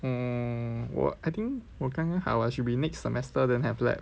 um 我 I think 我刚刚好 should be next semester then have lab